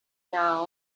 now